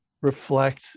reflect